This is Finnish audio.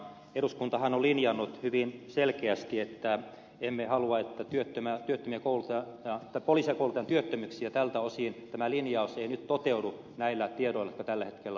eduskuntahan on linjannut hyvin selkeästi että emme halua että poliiseja koulutetaan työttömiksi ja tältä osin tämä linjaus ei nyt toteudu näillä tiedoilla jotka tällä hetkellä ovat käytettävissä